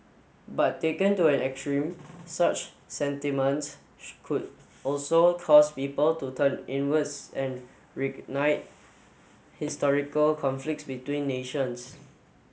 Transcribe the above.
but taken to an extreme such sentiments could also cause people to turn inwards and reignite historical conflicts between nations